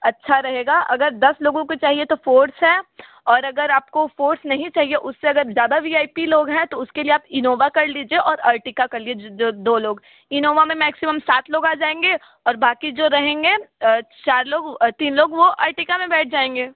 अच्छा रहेगा अगर दस लोगों को चाहिए तो फ़ोर्स है और अगर आपको फ़ोर्स नहीं चाहिए उससे अगर ज़्यादा भी आइ पी लोग हैं तो उसके लिए आप इनोवा कर लीजिए और अर्टिका कर जो दो लोग इनोवा में मैक्सिमम सात लोग आ जाएंगे और बाक़ी जो रहेंगे चार लोग तीन लोग वो अर्टिका में बैठ जाएंगे